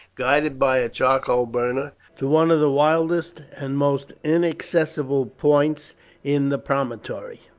guided by a charcoal burner, to one of the wildest and most inaccessible points in the promontory.